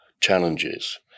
challenges